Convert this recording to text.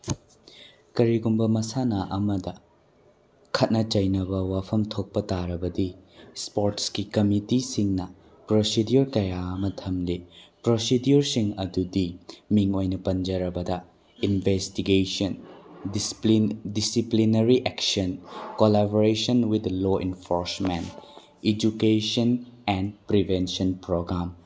ꯀꯔꯤꯒꯨꯝꯕ ꯃꯁꯥꯟꯅ ꯑꯃꯗ ꯈꯠꯅ ꯆꯩꯅ ꯋꯥꯐꯝ ꯊꯣꯛꯄ ꯇꯥꯔꯕꯗꯤ ꯏꯁꯄꯣꯔꯠꯁꯀꯤ ꯀꯃꯤꯇꯤꯁꯤꯡꯅ ꯄ꯭ꯔꯣꯁꯤꯗꯤꯌꯣꯔ ꯀꯌꯥ ꯑꯃ ꯊꯝꯂꯤ ꯄ꯭ꯔꯣꯁꯤꯗꯤꯌꯣꯔꯁꯤꯡ ꯑꯗꯨꯗꯤ ꯃꯤꯡ ꯑꯣꯏꯅ ꯄꯟꯖꯔꯕꯗ investigation disciplinary action collaboration with the law enforcement education and prevention programme